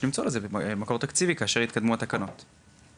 למצוא --- בחינת הנהלים הבנתי למה צריך את משרד האוצר,